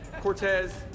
Cortez